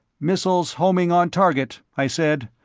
missiles homing on target, i said.